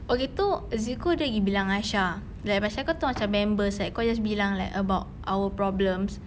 okay itu zeko dia pergi bilang aisha like macam kau tahu macam member seh kau just bilang like about our problems